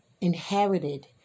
inherited